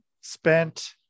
spent